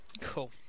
Cool